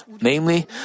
Namely